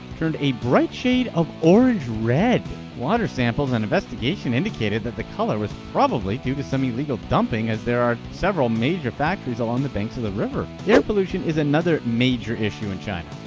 turned a bright shade of orange-red. water samples and investigation indicated that the color was probably due to some illegal dumping, as there are several major factories along the banks of the river. air pollution is another major issue in china.